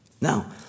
Now